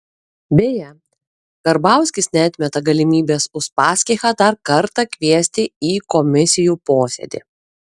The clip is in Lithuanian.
beje karbauskis neatmeta galimybės uspaskichą dar kartą kviesti į komisijų posėdį